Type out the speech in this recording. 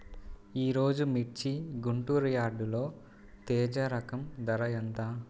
ఈరోజు మిర్చి గుంటూరు యార్డులో తేజ రకం ధర ఎంత?